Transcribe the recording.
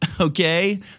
okay